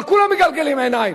אבל כולם מגלגלים עיניים,